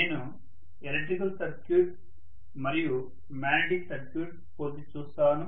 నేను electric circuit మరియు magnetic circuit పోల్చి చూస్తాను